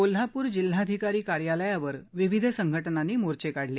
कोल्हापूर जिल्हाधिकारी कार्यालयावर विविध संघटनांनी मोर्चे काढले